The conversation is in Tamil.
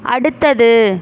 அடுத்தது